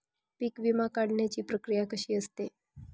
पीक विमा काढण्याची प्रक्रिया कशी असते?